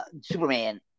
Superman